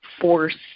force